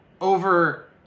over